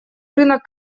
рынок